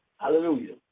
Hallelujah